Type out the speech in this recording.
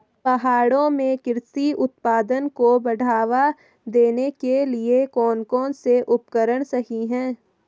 पहाड़ों में कृषि उत्पादन को बढ़ावा देने के लिए कौन कौन से उपकरण सही हैं?